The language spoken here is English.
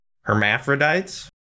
hermaphrodites